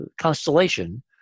constellation